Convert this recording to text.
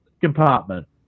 compartment